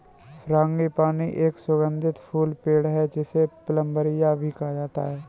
frangipani एक सुगंधित फूल पेड़ है, जिसे प्लंबरिया भी कहा जाता है